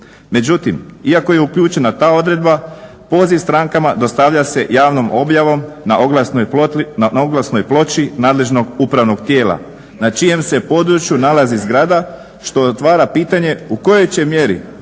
Međutim, iako je uključena ta odredba poziv strankama dostavlja se javnom objavom na oglasnoj ploči nadležnog upravnog tijela na čijem se području nalazi zgrada što otvara pitanje u kojoj će mjeri